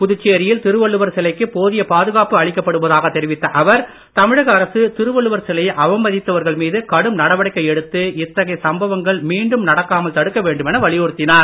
புதுச்சேரியில் திருவள்ளுவர் சிலைக்கு போதிய பாதுகாப்பு அளிக்கப்படுவதாகத் தெரிவித்த அவர் தமிழக அரசு திருவள்ளுவர் சிலையை அவமதித்தவர்கள் மீது கடும் நடவடிக்கை எடுத்து இத்தகைய சம்பவங்கள் மீண்டும் நடக்காமல் தடுக்க வேண்டுமென வலியுறுத்தினார்